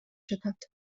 жатат